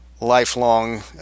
lifelong